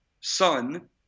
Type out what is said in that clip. son